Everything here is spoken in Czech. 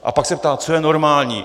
A pak se ptá, co je normální!